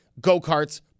go-karts